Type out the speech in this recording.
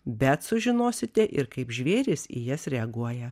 bet sužinosite ir kaip žvėrys į jas reaguoja